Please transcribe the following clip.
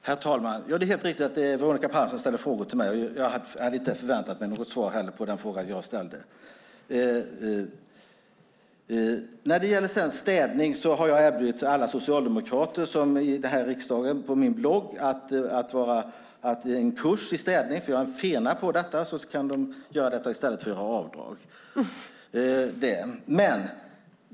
Herr talman! Det är helt riktigt att det är Veronica Palm som ställer frågor till mig, och jag hade inte förväntat mig något svar på den fråga som jag ställde. När det gäller städning har jag på min blogg erbjudit alla socialdemokrater här i riksdagen en kurs i städning, för jag är en fena på detta. Då kan de städa i stället för att göra avdrag.